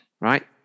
Right